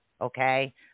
okay